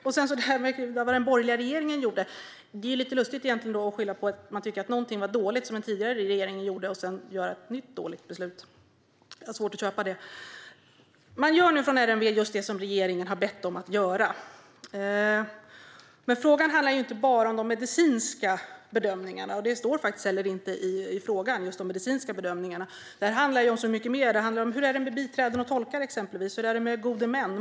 När det gäller vad den borgerliga regeringen gjorde är det lite lustigt att skylla på någonting som den tidigare regeringen gjorde och som man tycker var dåligt och sedan fatta ett nytt dåligt beslut. Jag har svårt att köpa det. Man gör nu på RMV just det som regeringen har bett dem att göra. Men frågan handlar inte bara om de medicinska bedömningarna. Det står inte heller i interpellationen någonting om de medicinska bedömningarna. Det här handlar om så mycket mer. Hur är det exempelvis med biträden och tolkar? Hur är det med gode män?